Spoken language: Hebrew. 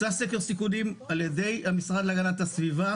בוצע סקר סיכונים על ידי המשרד להגנת הסביבה